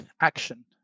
action